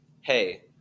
hey